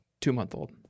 two-month-old